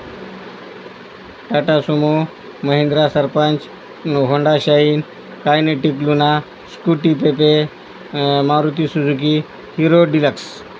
Tata Sumo Mahindra Sarpanch Honda Shine Kinetic Luna Scooty Pep Maruti Suzuki Hero deluxe